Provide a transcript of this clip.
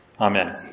Amen